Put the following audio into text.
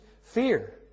fear